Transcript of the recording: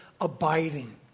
abiding